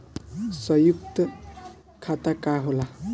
सयुक्त खाता का होला?